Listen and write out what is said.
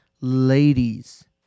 ladies